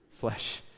flesh